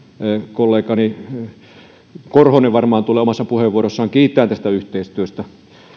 kollegani korhonen varmaan tulee omassa tulevassa puheenvuorossaan kiittämään tästä yhteistyöstä